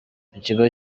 ikigo